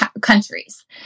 countries